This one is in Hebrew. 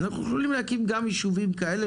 אנחנו יכולים להקים גם יישובים כאלה,